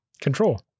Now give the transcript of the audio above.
Control